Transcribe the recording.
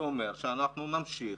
זה אומר שאנחנו נמשיך,